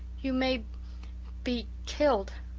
you may be killed,